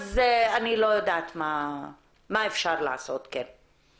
אז אני לא יודעת מה אפשר לעשות כן.